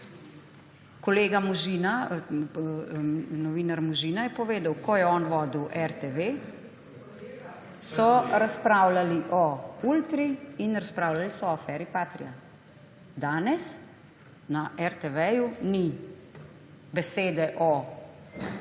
ne poroča. Novinar Možina je povedal, ko je on vodil RTV, so razpravljali o Ultri in razpravljali so o aferi Patria. Danes na RTV ni besede o